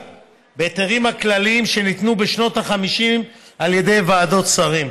בהיתרים הכלליים שניתנו בשנות ה-50 על ידי ועדות השרים,